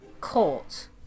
caught